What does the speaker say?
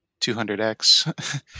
200x